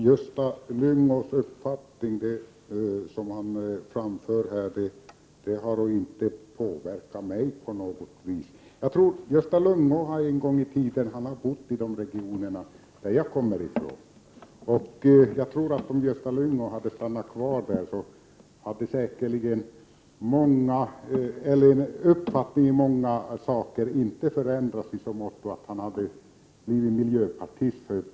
Herr talman! Den uppfattning Gösta Lyngå framför här har inte påverkat 9 maj 1989 mig på något sätt. Gösta Lyngå har en gång i tiden bott i de regioner som jag kommer ifrån. Jag tror att om han hade stannat kvar där hade hans uppfattning i många saker säkerligen inte ändrats i så måtto att han hade blivit miljöpartist.